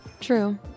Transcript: True